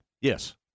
Yes